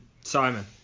Simon